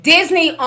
Disney